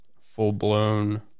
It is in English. full-blown